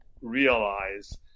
realize